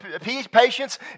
Patience